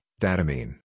Datamine